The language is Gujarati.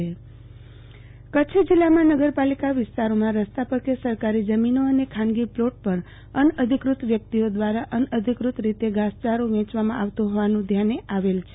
આરતીબેન ભદ્દ ઘાસ ચારો પ્રતિબંધ જાહેરનામુ કચ્છ જિલ્લામાં નગરપાલિકા વિસ્તારોમાં રસ્તા પર કે સરકારી જમીનો અને ખાનગી પ્લોટ પર અનઅધિકૃત વ્યકિતઓ દ્વારા અનઅધિકૃત રીતે ધાસયારો વેંચવામાં આવતો હોવાનું ધ્યાને આવેલ છે